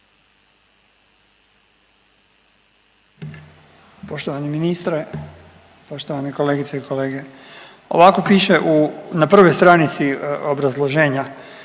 Poštovani ministre, poštovane kolegice i kolege Ovako piše na prvoj stranici obrazloženja,